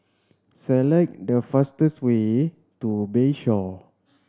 select the fastest way to Bayshore